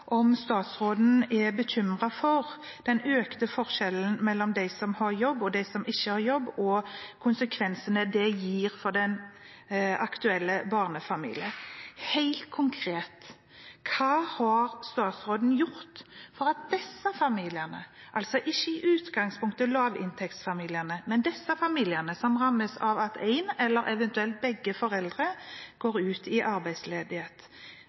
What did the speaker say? om statsråden er bekymret for den økte forskjellen mellom dem som har jobb, og dem som ikke har jobb, og konsekvensene det gir for de aktuelle barnefamiliene. Helt konkret: Hva har statsråden gjort for disse familiene – altså familier som ikke i utgangspunktet er lavinntektsfamilier – som rammes av at én forelder eller eventuelt begge foreldrene går ut i arbeidsledighet?